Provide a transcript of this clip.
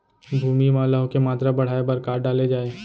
भूमि मा लौह के मात्रा बढ़ाये बर का डाले जाये?